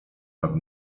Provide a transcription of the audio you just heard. nad